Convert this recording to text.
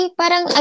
parang